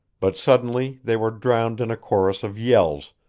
but suddenly they were drowned in a chorus of yells,